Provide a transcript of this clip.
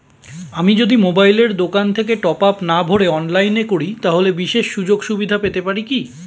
আমি যদি মোবাইলের দোকান থেকে টপআপ না ভরে অনলাইনে করি তাহলে বিশেষ সুযোগসুবিধা পেতে পারি কি?